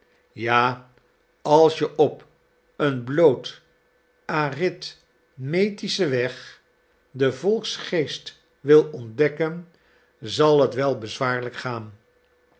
ja als je op een bloot arithmetischen weg den volksgeest wilt ontdekken zal het wel bezwaarlijk gaan